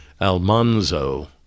Almanzo